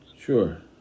Sure